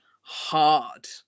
hard